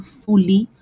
fully